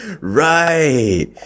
right